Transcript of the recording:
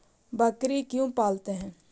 बकरी क्यों पालते है?